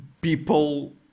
people